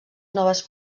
noves